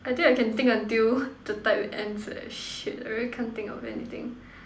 I think I can think until the time ends eh shit I really can't think of anything